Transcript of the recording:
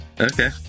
okay